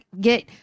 get